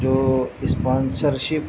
جو اسپانسرشپ